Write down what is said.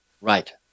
Right